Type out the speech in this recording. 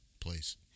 place